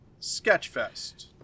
Sketchfest